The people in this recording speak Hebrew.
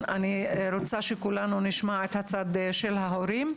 אני רוצה שכולנו נשמע את הורי הילדים.